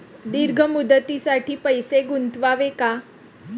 दीर्घ मुदतीसाठी पैसे गुंतवावे का?